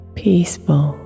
peaceful